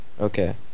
Okay